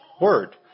word